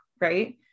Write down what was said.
right